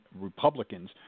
Republicans